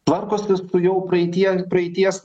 tvarkosi su jau praeitie praeities